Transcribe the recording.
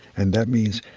and that means,